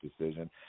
decision